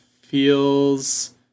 feels